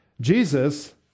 Jesus